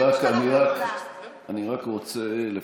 אני רק רוצה לפחות,